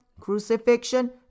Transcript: crucifixion